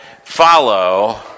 follow